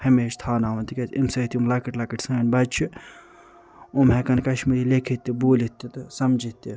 ہمیشہٕ تھاوناوُن تِکیٛازِ اَمہِ سۭتۍ یِم لۄکٕٹۍ لۄکٕٹۍ سٲنۍ بچہِ چھِ یِم ہیٚکن کشمیری لیٚکِتھ تہِ بوٗلِتھ تہِ تہٕ سمجِھتھ تہِ